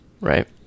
Right